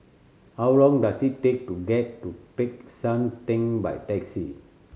how long does it take to get to Peck San Theng by taxi